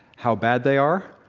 how bad they are,